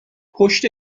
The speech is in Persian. پشت